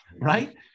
right